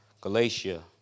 Galatia